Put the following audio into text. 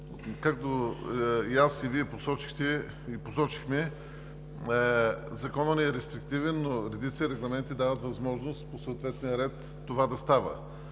Както и Вие посочихте, Законът не е рестриктивен, но редица регламенти дават възможност по съответния ред това да става.